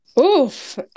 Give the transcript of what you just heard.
Oof